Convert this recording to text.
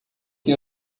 que